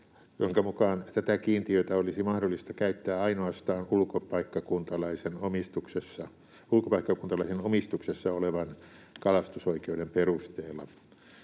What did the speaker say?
jonka mukaan tätä kiintiötä olisi mahdollista käyttää ainoastaan ulkopaikkakuntalaisen omistuksessa olevan kalastusoikeuden perusteella.